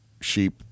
sheep